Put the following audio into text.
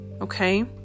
Okay